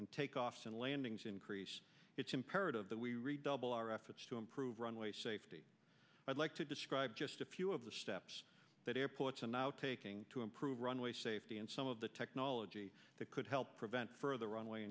and takeoffs and landings increase it's imperative that we redouble our efforts to improve runway safety i'd like to describe just a few of the steps that airports are now taking to improve runway safety and some of the technology that could help prevent further runway